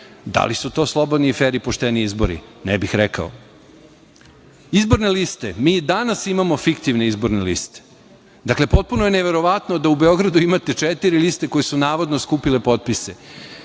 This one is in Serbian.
Da li su to slobodni i fer i pošteni izbori? Ne bih rekao. Izborne liste. Mi i danas imamo fiktivne izborne liste. Dakle, potpuno je neverovatno da u Beogradu imate četiri liste koje su navodno skupile potpise.